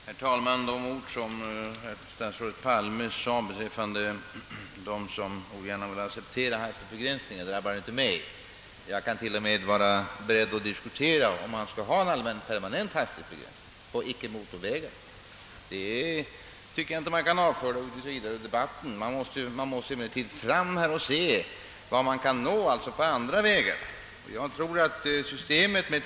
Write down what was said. Herr talman! De ord som statsrådet Palme yttrade beträffande dem som ogärna accepterar hastighetsbegränsningar träffar inte mig. Jag är t.o.m. beredd att diskutera en allmän permanent hastighetsbegränsning på icke-motorvägar. Jag tycker inte att man utan vidare kan avfärda den lösningen. Vi måste dock först se vart vi kan nå med andra medel.